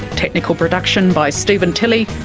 technical production by steven tilley,